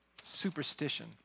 superstition